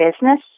business